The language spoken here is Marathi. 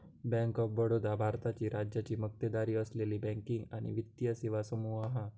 बँक ऑफ बडोदा भारताची राज्याची मक्तेदारी असलेली बँकिंग आणि वित्तीय सेवा समूह हा